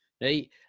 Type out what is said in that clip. right